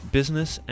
business